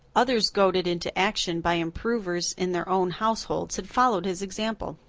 others goaded into action by improvers in their own households, had followed his example.